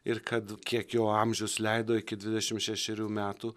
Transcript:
ir kad kiek jo amžius leido iki dvidešimt šešerių metų